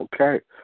Okay